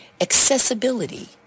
accessibility